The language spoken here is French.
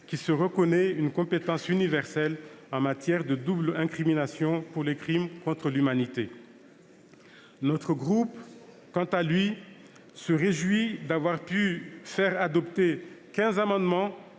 qui se reconnaît une compétence universelle en matière de double incrimination pour les crimes contre l'humanité. Notre groupe, quant à lui, se réjouit d'avoir pu faire adopter quinze amendements